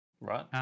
Right